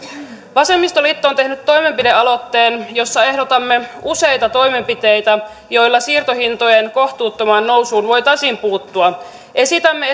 vasemmistoliitto on tehnyt toimenpidealoitteen jossa ehdotamme useita toimenpiteitä joilla siirtohintojen kohtuuttomaan nousuun voitaisiin puuttua esitämme